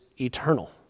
eternal